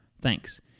Thanks